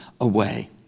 away